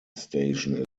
station